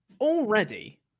already